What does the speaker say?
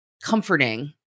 comforting